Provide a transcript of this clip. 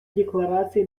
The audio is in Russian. декларации